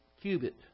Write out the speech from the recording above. cubit